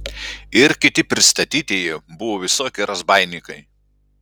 ir kiti pristatytieji buvo visokie razbaininkai